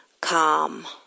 calm